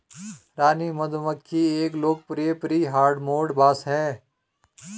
रानी मधुमक्खी एक लोकप्रिय प्री हार्डमोड बॉस है